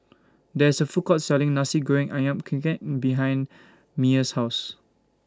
There IS A Food Court Selling Nasi Goreng Ayam Kunyit behind Meyer's House